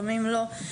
לפעמים לא,